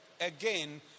again